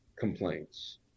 complaints